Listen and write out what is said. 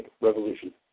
Revolution